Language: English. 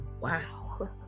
wow